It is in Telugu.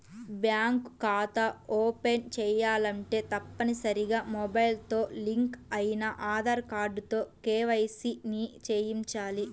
బ్యాంకు ఖాతా ఓపెన్ చేయాలంటే తప్పనిసరిగా మొబైల్ తో లింక్ అయిన ఆధార్ కార్డుతో కేవైసీ ని చేయించాలి